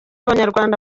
abanyarwanda